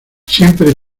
siempre